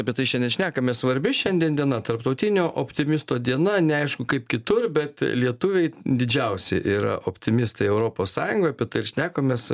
apie tai šiandien šnekames svarbi šiandien tarptautinio optimisto diena neaišku kaip kitur bet lietuviai didžiausi yra optimistai europos sąjungoj apie tai ir šnekamės